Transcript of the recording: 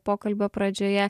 pokalbio pradžioje